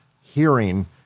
hearing